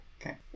Okay